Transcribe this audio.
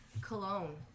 Cologne